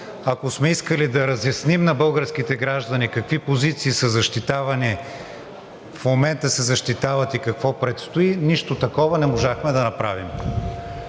ако сме искали да разясним на българските граждани какви позиции са защитавани, в момента се защитават и какво предстои, нищо такова не можахме да направим.